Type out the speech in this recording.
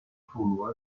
tournoi